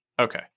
Okay